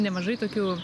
nemažai tokių